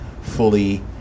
fully